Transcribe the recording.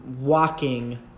walking